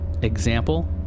Example